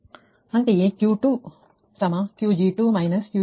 ಅಂತೆಯೇ Q2 Qg2 QL2 ಅಂದರೆ 0